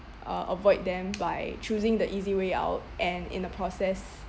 uh avoid them by choosing the easy way out and in the process